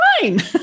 fine